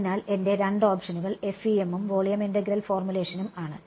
അതിനാൽ എന്റെ രണ്ട് ഓപ്ഷനുകൾ FEM ഉം വോളിയം ഇന്റഗ്രൽ ഫോർമുലേഷനും ആണ്